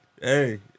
hey